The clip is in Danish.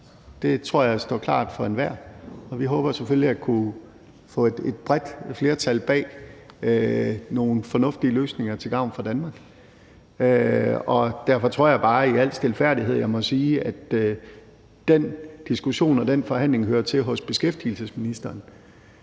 Det tror jeg står klart for enhver. Vi håber selvfølgelig at kunne få et bredt flertal bag nogle fornuftige løsninger til gavn for Danmark. Derfor tror jeg bare, at jeg i al stilfærdighed må sige, at den diskussion og den forhandling hører til hos beskæftigelsesministeren,